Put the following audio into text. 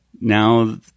now